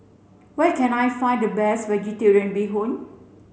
where can I find the best vegetarian bee hoon